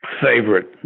favorite